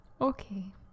Okay